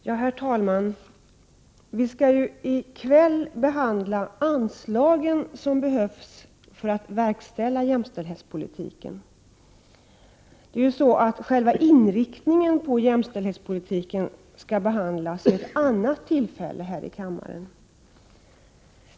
Herr talman! Vi skall i kväll behandla anslagen som behövs för att verkställa jämställdhetspolitiken. Själva inriktningen på jämställdhetspolitiken skall behandlas vid ett annat tillfälle i kammaren.